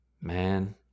man